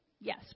Yes